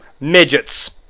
midgets